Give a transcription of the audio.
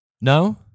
No